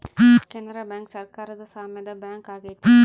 Canara bank ಸರಕಾರದ ಸಾಮ್ಯದ bank ಆಗೈತೆ